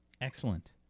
Excellent